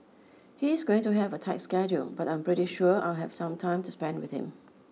he's going to have a tight schedule but I'm pretty sure I'll have some time to spend with him